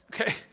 okay